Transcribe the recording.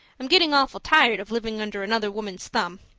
i'm getting awful tired of living under another woman's thumb.